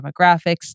demographics